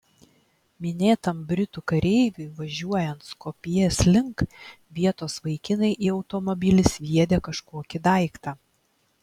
minėtam britų kareiviui važiuojant skopjės link vietos vaikinai į automobilį sviedė kažkokį daiktą